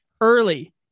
Early